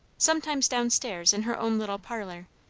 sometimes down-stairs in her own little parlour,